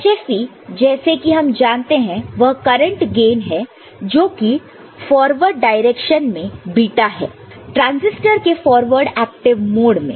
hfe जैसा कि हम जानते हैं वह करंट गेन है जो कि फॉरवर्ड डायरेक्शन में बीटा है ट्रांजिस्टर के फॉरवर्ड एक्टिव मोड में